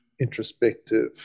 introspective